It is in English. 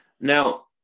Now